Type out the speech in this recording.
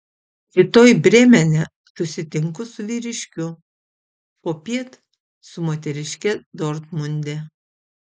rytoj brėmene susitinku su vyriškiu popiet su moteriške dortmunde